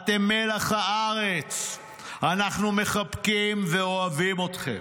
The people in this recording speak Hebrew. אתם מלח הארץ, אנחנו מחבקים ואוהבים אתכם.